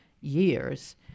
years